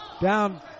down